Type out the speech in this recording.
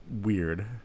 weird